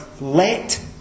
let